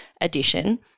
edition